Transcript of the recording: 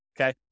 okay